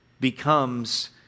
becomes